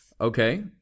Okay